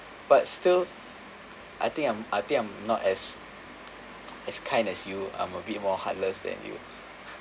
but still I think I'm I think I'm not as as kind you I'm a bit more heartless than you